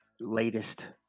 latest